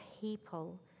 people